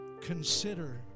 Consider